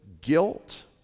guilt